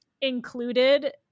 included